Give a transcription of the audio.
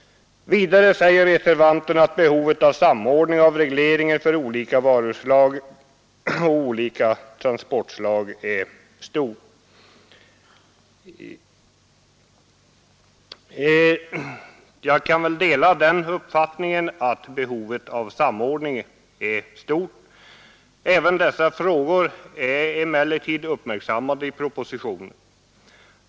Vidare säger reservanten att behovet av samordning av regleringen för olika varuslag och olika transportslag är stort. Jag kan väl dela den uppfattningen att behovet av samordning är stort. Även dessa frågor är emellertid uppmärksammade i propositionen.